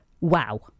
Wow